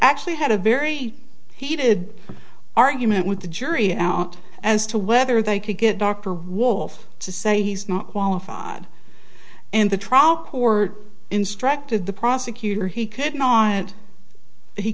actually had a very heated argument with the jury out as to whether they could get dr wolfe to say he's not qualified and the trial court instructed the prosecutor he could no